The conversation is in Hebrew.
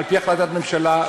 על-פי החלטת ממשלה,